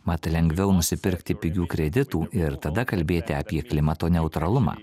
mat lengviau nusipirkti pigių kreditų ir tada kalbėti apie klimato neutralumą